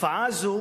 תופעה זו